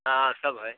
हाँ हाँ सब है